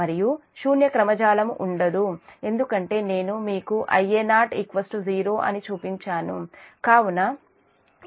మరియు శూన్య క్రమ జాలము ఉండదు ఎందుకంటే నేను మీకు Ia0 0 అని చూపించాను కాబట్టి